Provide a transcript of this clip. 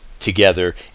together